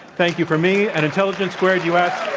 thank you from me and intelligence squared u. s.